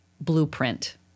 blueprint